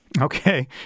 Okay